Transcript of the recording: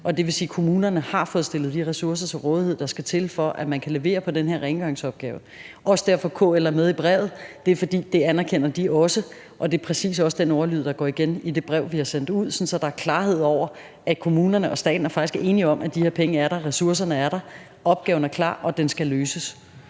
det vil sige, at kommunerne har fået stillet de ressourcer til rådighed, der skal til, for at man kan levere på den her rengøringsopgave. Det er også derfor, at KL er med i brevet, for det anerkender de også, og det er præcis også den ordlyd, der går igen i det brev, vi har sendt ud, sådan at der er klarhed over, at kommunerne og staten faktisk er enige om, at de her penge er der, ressourcerne er der, opgaven er klar, og den skal løses.